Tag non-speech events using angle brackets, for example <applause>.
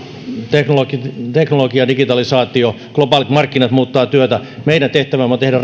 teknologia teknologia digitalisaatio globaalit markkinat muuttavat työtä meidän tehtävämme on tehdä <unintelligible>